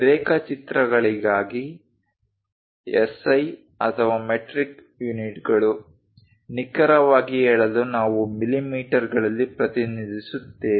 ರೇಖಾಚಿತ್ರಗಳಿಗಾಗಿ SI ಅಥವಾ metric ಯೂನಿಟ್ಗಳು ನಿಖರವಾಗಿ ಹೇಳಲು ನಾವು ಮಿಲಿಮೀಟರ್ಗಳಲ್ಲಿ ಪ್ರತಿನಿಧಿಸುತ್ತೇವೆ